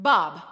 Bob